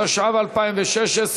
התשע"ו 2016,